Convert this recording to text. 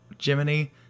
jiminy